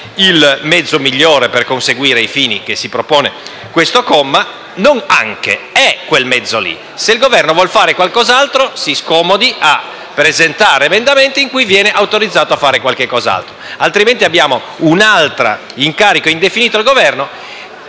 il mezzo migliore per conseguire i fini che si propone questo comma: non «anche» è quel mezzo. Se il Governo vuol fare qualcos'altro si scomodi a presentare emendamenti in cui viene autorizzato a fare altro, altrimenti abbiamo un altro incarico indefinito al Governo,